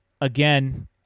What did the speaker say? again